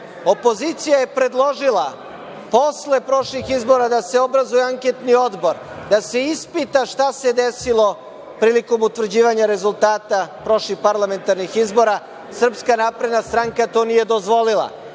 krađu. Opozicija je predložila, posle prošlih izbora, da se obrazuje anketni odbor, da se ispita šta se desilo prilikom utvrđivanja rezultata prošlih parlamentarnih izbora, ali Srpska napredna stranka to nije dozvolila.